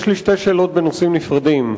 יש לי שתי שאלות בנושאים נפרדים,